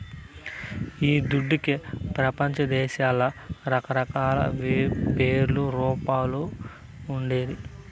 ఈ దుడ్డుకే పెపంచదేశాల్ల రకరకాల పేర్లు, రూపాలు ఉండేది